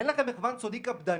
אין לכם מחוון סודי קפדני?